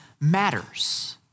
matters